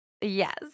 Yes